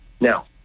Now